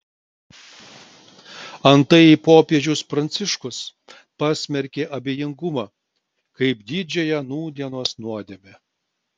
antai popiežius pranciškus pasmerkė abejingumą kaip didžiąją nūdienos nuodėmę